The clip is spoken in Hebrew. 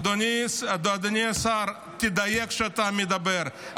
אדוני השר, תדייק כשאתה מדבר.